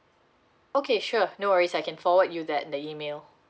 okay sure no worries I can forward you that the email